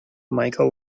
michael